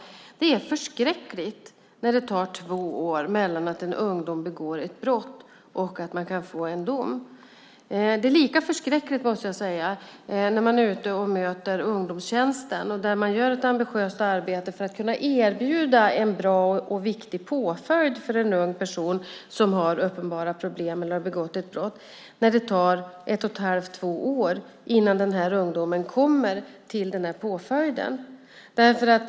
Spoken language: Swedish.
Det är förskräckligt när det tar två år mellan att en ung person begår ett brott och att man kan få en dom. Det är lika förskräckligt, måste jag säga, när det tar ett och ett halvt till två år innan ungdomar får påföljder inom ungdomstjänsten. När man är ute och möter ungdomstjänsten ser man att det görs ett ambitiöst arbete för att kunna erbjuda en bra och viktig påföljd för ungdomar som har uppenbara problem eller har begått ett brott.